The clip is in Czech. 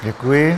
Děkuji.